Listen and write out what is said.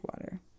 water